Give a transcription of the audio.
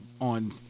on